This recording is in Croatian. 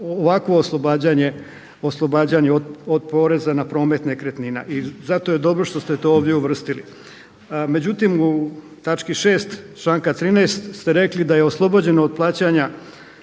ovakvo oslobađanje od poreza na promet nekretnina. I zato je dobro što ste to ovdje uvrstili. Međutim, u točki 6. članka 13. ste rekli da je oslobođen od plaćanja,